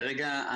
כרגע,